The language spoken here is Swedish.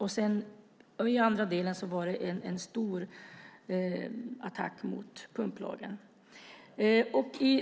Å andra sidan var det en stor attack mot pumplagen.